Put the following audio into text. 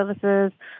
Services